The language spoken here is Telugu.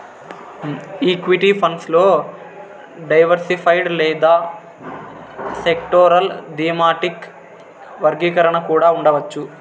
ఈక్విటీ ఫండ్స్ లో డైవర్సిఫైడ్ లేదా సెక్టోరల్, థీమాటిక్ వర్గీకరణ కూడా ఉండవచ్చు